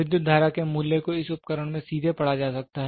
विद्युत धारा के मूल्य को इस उपकरण में सीधे पढ़ा जा सकता है